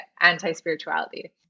anti-spirituality